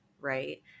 right